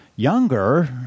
Younger